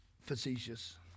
Facetious